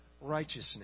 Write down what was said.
righteousness